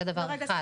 זה דבר אחד.